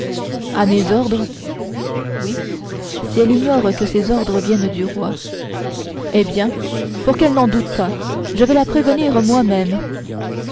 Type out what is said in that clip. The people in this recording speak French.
à mes ordres oui si elle ignore que ces ordres viennent du roi eh bien pour qu'elle n'en doute pas je vais la prévenir moimême